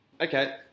Okay